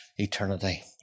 Eternity